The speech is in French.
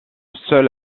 seule